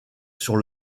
sur